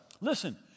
Listen